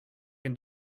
can